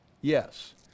Yes